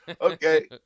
Okay